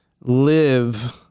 live